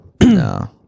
No